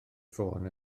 ffôn